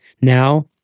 Now